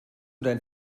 dein